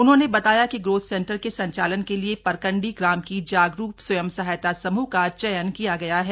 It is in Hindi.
उन्होंने बताया कि ग्रोथ सेंटर के संचालन के लिए परकंडी ग्राम की जागरूक स्वयं सहायता समूह का चयन किया गया है